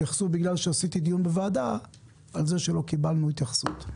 התייחסו בגלל שעשיתי דיון בוועדה על זה שלא קיבלנו התייחסות.